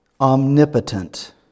omnipotent